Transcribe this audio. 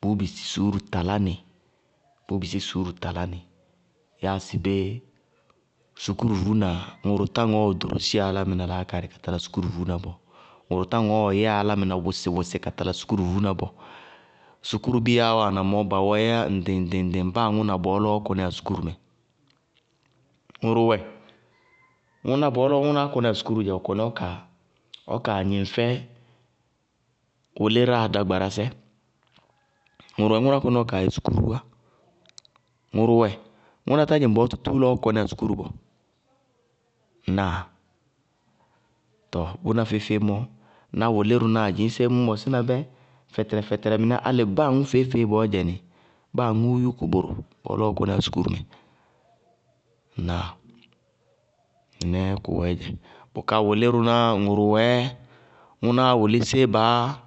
bʋʋ bisí suúru talá nɩ. Yáa sɩbé, sukúruvuúna, ŋʋrʋ tá ŋɔɔɔ ɖorósíya álámɩná laákaarɩ ka tala sukúruvuúna bɔɔ, ŋʋrʋ tá ŋɔɔɔ yɛá álámɩná wʋsɩ-wʋsɩ ka tala sukúruvuúna bɔɔ. Sukúrubiya wáana mɔɔ ba wɛɛyá ŋɖɩŋ-ŋɖɩŋ ŋɖɩŋ-ŋɖɩŋ, báa aŋʋ na bɔɔ lɔɔ ɔ kɔníya sukúrumɛ. Ŋʋrʋ wɛ ŋʋná bɔɔ lɔɔ ŋʋnáá kɔníya sukúru dzɛ ɔ kaa gnɩŋ fɛ wʋlírʋnáa dágbarásɛ, ŋʋrʋ wɛ ŋʋná kɔní p kaa yɛ sukúruu wá, ŋʋrʋ wɛ ŋʋná tá dzɩŋ bɔɔ lɔ tútúú ɔ kɔníya sukúru bɔɔ, ŋnáa? Tɔɔ bʋná feé-feé mɔ, ná wʋlírʋnáa dzɩñ séé ŋñ mɔsína bɛ fɛtɛrɛ fɛtɛrɛ mɩnɛ álɩ báa aŋʋ feé-feée bɔɔyɛnɩ báa aŋʋ yúku bʋrʋ bɔɔ lɔɔ ɔ kɔníya sukúrumɛ. Ŋnáa? Mɩnɛɛ kʋwɛɛdzɛ. Bʋká wʋlírʋná ŋʋrʋ wɛɛ ŋʋnáa wʋlí ŋsɩ séé baá